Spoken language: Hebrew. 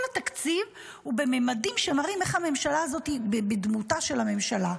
כל התקציב הוא בממדים שמראים איך הממשלה הזאת דמותה של הממשלה,